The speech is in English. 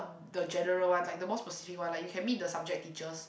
the general ones like the more specific one like you can meet the subject teachers